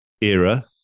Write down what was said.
era